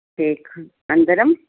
cake अनन्तरं